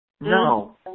No